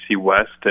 West